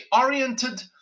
oriented